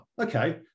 okay